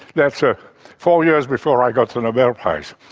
that's ah four years before i got the nobel prize,